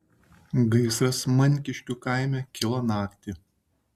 gaisras mankiškių kaime kilo naktį